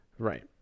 Right